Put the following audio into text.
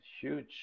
huge